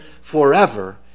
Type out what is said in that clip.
forever